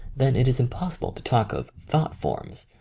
then it is impossible to talk of thought forms,